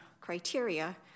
criteria